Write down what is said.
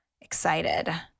excited